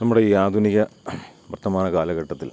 നമ്മുടെ ഈ ആധുനിക വർത്തമാന കാലഘട്ടത്തിൽ